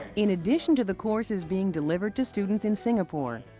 in addition to the courses being delivered to students in singapore,